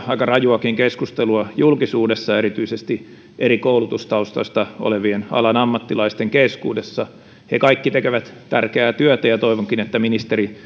aika rajuakin keskustelua julkisuudessa erityisesti eri koulutustaustoista olevien alan ammattilaisten keskuudessa he kaikki tekevät tärkeää työtä ja toivonkin että ministeri